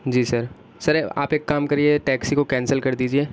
جی sir sir آپ ایک کام کریے ٹیکسی کو کینسل کر دیجیے